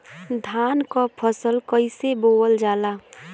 धान क फसल कईसे बोवल जाला?